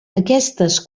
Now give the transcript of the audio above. aquestes